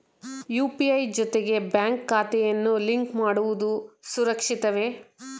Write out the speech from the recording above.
UPI ಜೊತೆಗೆ bank ಖಾತೆಯನ್ನು link ಮಾಡುವುದು ಸುರಕ್ಷಿತವೇ?